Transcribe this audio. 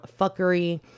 fuckery